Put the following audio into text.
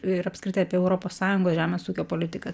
ir apskritai apie europos sąjungos žemės ūkio politiką